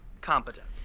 competent